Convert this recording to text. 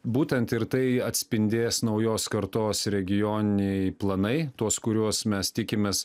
būtent ir tai atspindės naujos kartos regioniniai planai tuos kuriuos mes tikimės